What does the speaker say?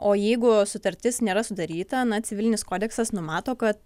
o jeigu sutartis nėra sudaryta na civilinis kodeksas numato kad